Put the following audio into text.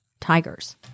Tiger's